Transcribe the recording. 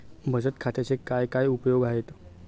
बचत खात्याचे काय काय उपयोग आहेत?